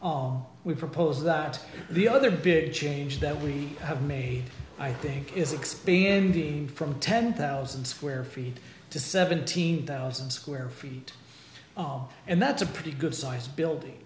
all we propose that the other big change that we have made i think is expanding from ten thousand square feet to seventeen thousand square feet oh and that's a pretty good sized building